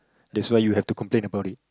that's why you have to complain about it